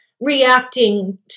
reacting